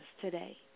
today